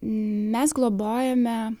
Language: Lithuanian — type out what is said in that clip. mes globojame